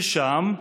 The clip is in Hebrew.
ושם,